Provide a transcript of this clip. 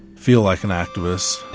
feel like an activist.